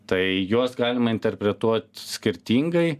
tai juos galima interpretuot skirtingai